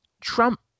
Trump